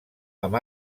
amb